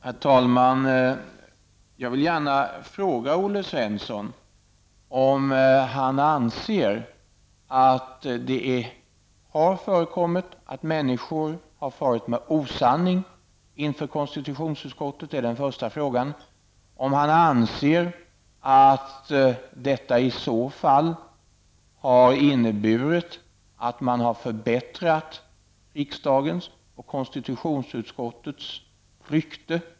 Herr talman! Jag vill gärna fråga Olle Svensson för det första om han anser att det har förekommit att människor har farit med osanning inför konstitutionsutskottet och för det andra om han anser att detta i så fall har inneburit att man har förbättrat riksdagens och konstitutionsutskottets rykte.